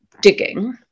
digging